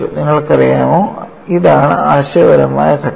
നിങ്ങൾക്കറിയാമോ ഇതാണ് ആശയപരമായ ഘട്ടം